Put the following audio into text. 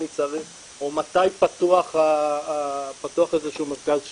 או מתי פתוח איזה שהוא מרכז שירות.